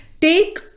take